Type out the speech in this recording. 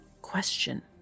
Question